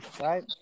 Right